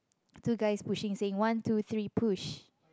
two guys pushing saying one two three push